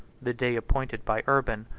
the day appointed by urban,